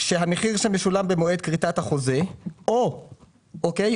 שהמחיר שמשולם במועד כריתת החוזה או 20%